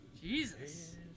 Jesus